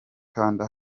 kanda